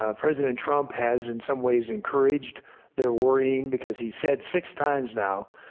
ah president trump has, in some ways, encouraged their worrying, because he said six times now,